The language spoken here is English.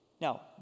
Now